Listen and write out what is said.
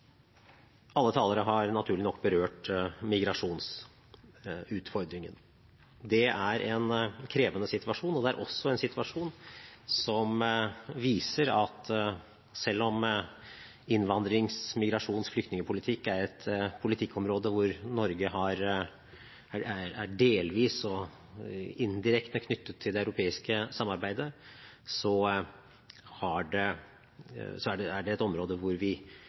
Alle talere har naturlig nok berørt migrasjonsutfordringen. Det er en krevende situasjon, og det er også en situasjon som viser at selv om innvandrings-, migrasjons- og flyktningpolitikk er et politikkområde hvor Norge delvis og indirekte er knyttet til det europeiske samarbeidet, så er det et område hvor vi blir mer integrert over tid, og hvor det er en nødvendig utvikling. Vi